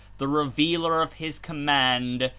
the revealer of his command,